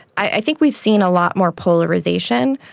i think we've seen a lot more polarisation.